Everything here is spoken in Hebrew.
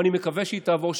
ואני מקווה שהיא תעבור,